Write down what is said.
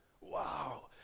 wow